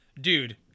dude